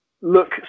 look